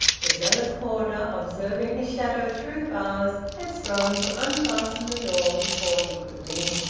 the zealous porter, observing his shadow through the bars, had sprung to unfasten the door before he could ring.